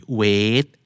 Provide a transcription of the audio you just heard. wait